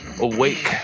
awake